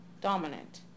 dominant